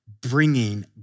bringing